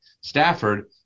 Stafford